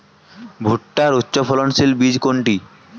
ভূট্টার উচ্চফলনশীল বীজ কোনটি?